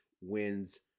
wins